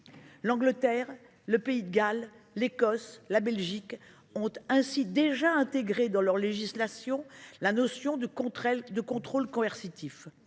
L’Angleterre, le Pays de Galles, l’Écosse et la Belgique ont déjà intégré dans leur législation la notion de contrôle coercitif.